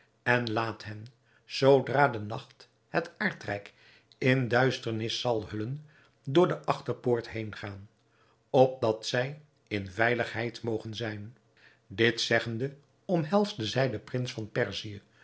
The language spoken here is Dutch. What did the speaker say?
en laat hen zoodra de nacht het aardrijk in duisternis zal hullen door de achterpoort heengaan opdat zij in veiligheid mogen zijn dit zeggende omhelsde zij den prins van perzië